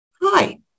hi